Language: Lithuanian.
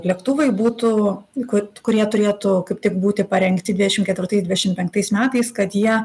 lėktuvai būtų kad kurie turėtų kaip tik būti parengti dvidešim ketvirtais dvidešim penktais metais kad jie